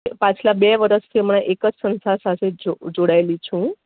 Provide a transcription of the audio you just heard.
પાછલા બે વર્ષથી હમણાં એક જ સંસ્થા સાથે જો જોડાયેલી છું હું